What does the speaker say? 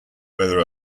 whether